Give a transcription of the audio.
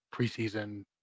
preseason